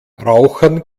rauchern